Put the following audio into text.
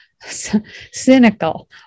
cynical